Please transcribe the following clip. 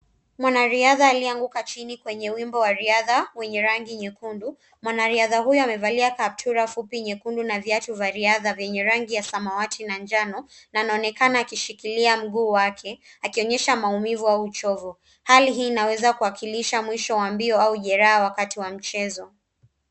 Mwanariadha alianguka chini kwenye wimbo wa riadha wenye rangi nyekundu. Mwanariadha huyo amevalia kaptura fupi nyekundu na viatu vya riadha vyenye rangi ya samawati na njano na anaonekana akishikilia mguu wake akionyesha maumivu au uchovu. Hali hii inaweza kuwakilisha mwisho wa mbio au jeraha wakati wa mchezo.